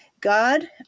God